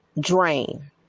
drain